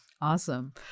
Awesome